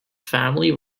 family